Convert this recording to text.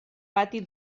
pati